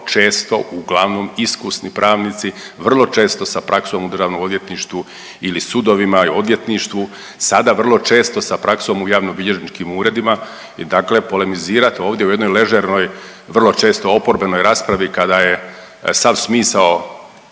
uglavnom iskusni pravnici, vrlo često sa praksom u državnom odvjetništvu ili sudovima i odvjetništvu, sada vrlo često sa praksom u javnobilježničkim uredima i dakle polemizirat ovdje u jednoj ležernoj vrlo često oporbenoj raspravi kada je sav smisao,